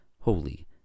holy